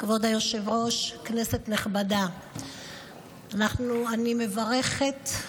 כבוד היושב-ראש, כנסת נכבדה, אני מברכת,